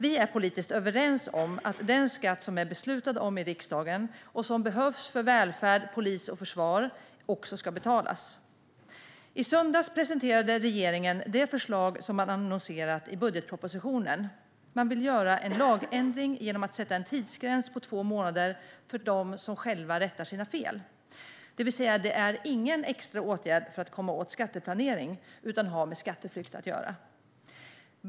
Vi är politiskt överens om att den skatt som riksdagen har beslutat om och som behövs för välfärd, polis och försvar också ska betalas. I söndags presenterade regeringen det förslag man annonserat i budgetpropositionen: Man vill göra en lagändring genom att sätta en tidsgräns på två månader för den som själv rättar sina fel. Det är alltså ingen extra åtgärd för att komma åt skatteplanering utan har med skatteflykt att göra.